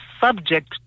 subject